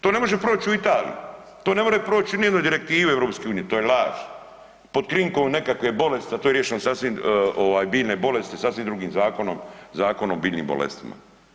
To ne može proć u Italiji, to ne može proć nijednoj direktivi EU-a, to je laž pod krinkom nekakve bolesti a to je riješeno sasvim, biljne bolesti, sasvim drugim zakonom, zakonom o biljnim bolestima.